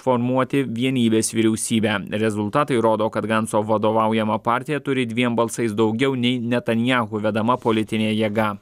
formuoti vienybės vyriausybę rezultatai rodo kad ganso vadovaujama partija turi dviem balsais daugiau nei netanyahu vedama politinė jėga